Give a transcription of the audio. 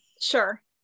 sure